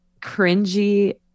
cringy